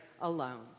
alone